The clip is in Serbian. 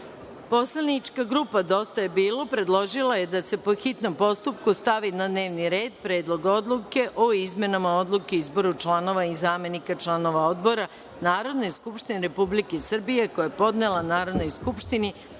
predlog. Poslanička grupa „Dosta je bilo“ predložila je da se po hitnom postupku stavi na dnevni red Predlog odluke o izmenama Odluke o izboru članova i zamenika članova odbora Narodne skupštine Republike Srbije, koji je podnela Narodnoj skupštini